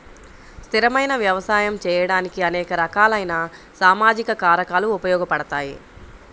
స్థిరమైన వ్యవసాయం చేయడానికి అనేక రకాలైన సామాజిక కారకాలు ఉపయోగపడతాయి